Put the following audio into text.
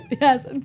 yes